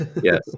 yes